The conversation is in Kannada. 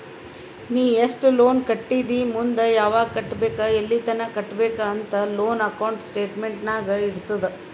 ನೀ ಎಸ್ಟ್ ಲೋನ್ ಕಟ್ಟಿದಿ ಮುಂದ್ ಯಾವಗ್ ಕಟ್ಟಬೇಕ್ ಎಲ್ಲಿತನ ಕಟ್ಟಬೇಕ ಅಂತ್ ಲೋನ್ ಅಕೌಂಟ್ ಸ್ಟೇಟ್ಮೆಂಟ್ ನಾಗ್ ಇರ್ತುದ್